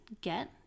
get